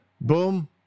Boom